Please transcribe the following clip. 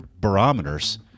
barometers